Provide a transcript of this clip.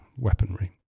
weaponry